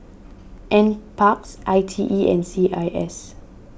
NParks I T E and C I S